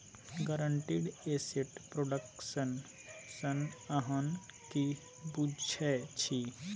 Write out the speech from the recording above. guaranteed asset production सँ अहाँ कि बुझै छी